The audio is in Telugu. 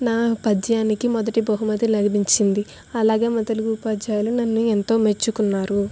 నా పద్యానికి మొదటి బహుమతి లభించింది అలాగే మా తెలుగు ఉపాధ్యాయులు నన్ను ఎంతో మెచ్చుకున్నారు